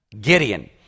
Gideon